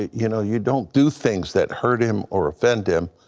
you you know you don't do things that hurt him or offend him.